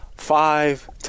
five